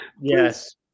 Yes